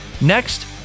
Next